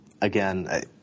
Again